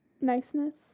niceness